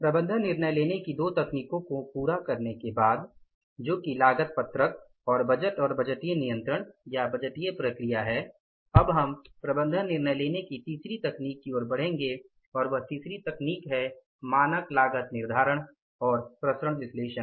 प्रबंधन निर्णय लेने की दो तकनीकों को पूरा करने के बाद जो कि लागत पत्रक और बजट और बजटीय नियंत्रण या बजटीय प्रक्रिया है हम अब प्रबंधन निर्णय लेने की तीसरी तकनीक की ओर बढ़ेंगे और वह तीसरी तकनीक है मानक लागत निर्धारण और विचरण विश्लेषण